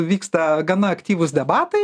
vyksta gana aktyvūs debatai